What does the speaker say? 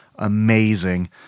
amazing